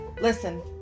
Listen